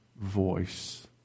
voice